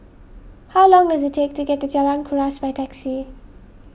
how long does it take to get to Jalan Kuras by taxi